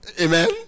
Amen